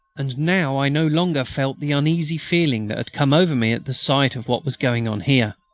and now i no longer felt the uneasy feeling that had come over me at the sight of what was going on here.